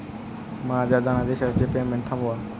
माझ्या धनादेशाचे पेमेंट थांबवा